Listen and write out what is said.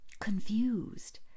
confused